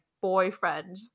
boyfriend